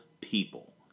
people